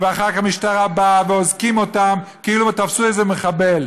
ואחר כך המשטרה באה ואוזקים אותם כאילו תפסו איזה מחבל.